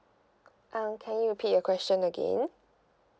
uh can you repeat your question again